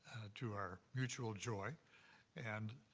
to our mutual joy and